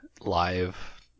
live